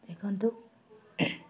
ଦେଖ